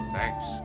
Thanks